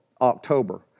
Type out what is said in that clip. October